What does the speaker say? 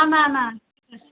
না না